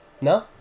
No